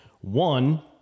one